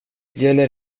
gäller